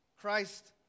Christ